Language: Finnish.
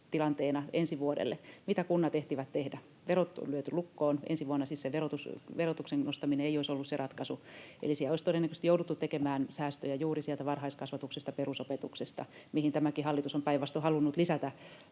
äkkitilanteena ensi vuodelle. Mitä kunnat ehtivät tehdä? Verot on lyöty lukkoon, ensi vuonna siis se verotuksen nostaminen ei olisi ollut ratkaisu, eli siinä olisi todennäköisesti jouduttu tekemään säästöjä juuri sieltä varhaiskasvatuksesta ja perusopetuksesta, mihin tämäkin hallitus on päinvastoin halunnut lisätä